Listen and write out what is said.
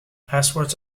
passwords